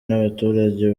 n’abaturage